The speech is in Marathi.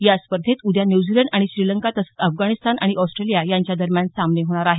या स्पर्धेत उद्या न्युझीलंड आणि श्रीलंका तसंच अफगाणिस्तान आणि ऑस्ट्रेलिया यांच्यादरम्यान सामने होणार आहेत